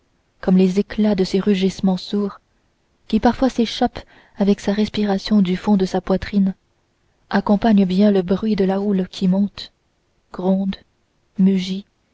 comme les éclats de ses rugissements sourds qui parfois s'échappent avec sa respiration du fond de sa poitrine accompagnent bien le bruit de la houle qui monte gronde mugit